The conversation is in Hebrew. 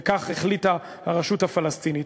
וכך החליטה הרשות הפלסטינית.